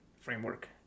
framework